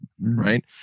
right